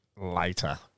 later